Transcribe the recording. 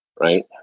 Right